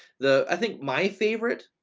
the i think my favorit